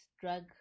drug